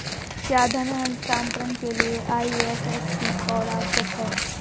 क्या धन हस्तांतरण के लिए आई.एफ.एस.सी कोड आवश्यक है?